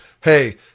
hey